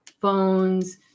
phones